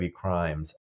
crimes